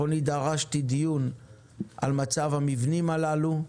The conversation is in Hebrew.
כשהייתי חבר בקבינט המדיני-בטחוני דרשתי דיון על מצב המבנים הללו,